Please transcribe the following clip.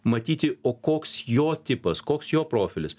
matyti o koks jo tipas koks jo profilis